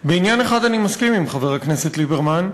בעניין אחד אני מסכים עם חבר הכנסת ליברמן,